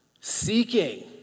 Seeking